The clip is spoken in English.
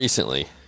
Recently